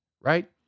right